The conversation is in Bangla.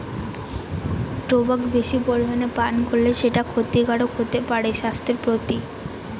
টোবাক বেশি পরিমানে পান করলে সেটা ক্ষতিকারক হতে পারে স্বাস্থ্যের প্রতি